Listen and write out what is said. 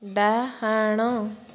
ଡାହାଣ